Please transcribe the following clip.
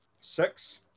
Six